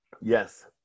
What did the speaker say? yes